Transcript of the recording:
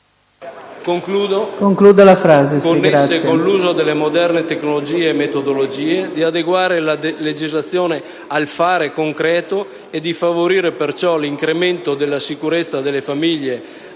connesse all'uso delle moderne tecnologie e metodologie, di adeguare la legislazione al fare concreto e di favorire, perciò, l'incremento della sicurezza delle famiglie,